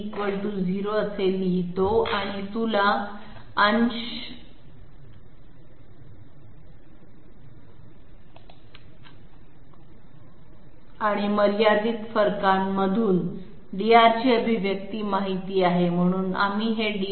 p 0 असे लिहितो आणि तुम्हाला अंश आणि मर्यादित फरकांमधून dR ची अभिव्यक्ती माहित आहे आणि आम्ही हे dR